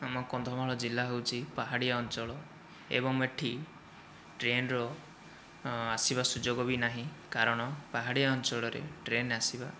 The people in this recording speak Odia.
ଆମ କନ୍ଧମାଳ ଜିଲ୍ଲା ହେଉଛି ପାହାଡ଼ିଆ ଅଞ୍ଚଳ ଏବଂ ଏଠି ଟ୍ରେନର ଆସିବା ସୁଯୋଗ ବି ନାହିଁ କାରଣ ପାହାଡ଼ିଆ ଅଞ୍ଚଳରେ ଟ୍ରେନ ଆସିବା